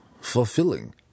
fulfilling